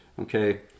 Okay